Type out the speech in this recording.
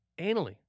anally